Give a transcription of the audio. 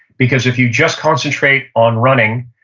because if you just concentrate on running,